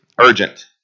urgent